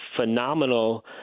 phenomenal